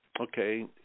okay